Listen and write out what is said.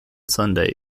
sunday